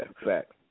fact